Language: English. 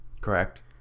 Correct